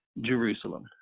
Jerusalem